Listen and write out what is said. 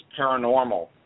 paranormal